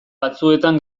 batzuetan